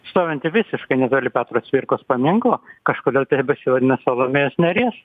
stovinti visiškai netoli petro cvirkos paminklo kažkodėl tebesivadina salomėjos nėries